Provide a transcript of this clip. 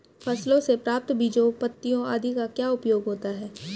फसलों से प्राप्त बीजों पत्तियों आदि का क्या उपयोग होता है?